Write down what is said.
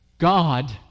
God